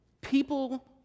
People